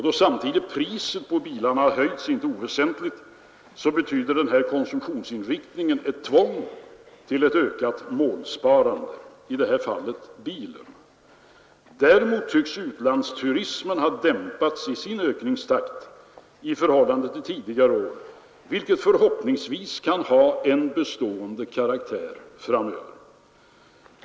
Då samtidigt priset på bilar har höjts inte oväsentligt, betyder den här konsumtionsinriktningen ett tvång till ökat målsparande, i det här fallet till bilen. Däremot tycks utlandsturismen ha dämpats i sin ökningstakt i förhållande till tidigare år, vilket förhoppningsvis kan ha en bestående karaktär.